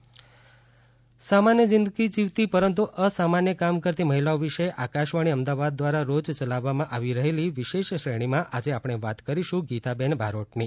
મહિલા દિવસ સ્પેશ્યલ સામાન્ય જિંદગી જીવતી પરંતુ અસામાન્ય કામ કરતી મહિલાઓ વિશે આકાશવાણી અમદાવાદ દ્વારા રોજ ચલાવવામાં આવી રહેલી વિશેષ શ્રેણીમાં આજે આપણે વાત કરીશું ગીતા બેન બારોટની